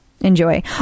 Enjoy